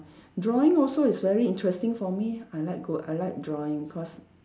drawing also is very interesting for me I like go I like drawing cause